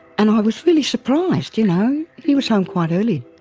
and i was really surprised, you know, he was home quite early.